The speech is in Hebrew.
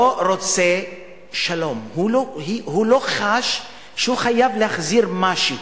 לא רוצה שלום, הוא לא חש שהוא חייב להחזיר משהו,